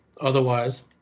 Otherwise